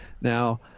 Now